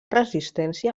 resistència